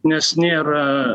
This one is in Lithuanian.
nes nėra